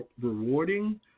rewarding